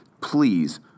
please